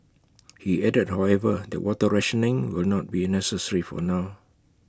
he added however that water rationing will not be necessary for now